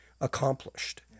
accomplished